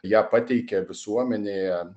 ją pateikia visuomenėje